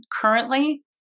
currently